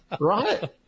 Right